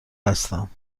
هستم